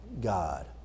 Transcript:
God